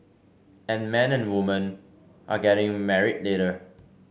and men and woman are getting married later